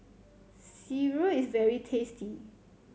sireh is very tasty